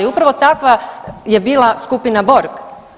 I upravo takva je bila skupina Borg.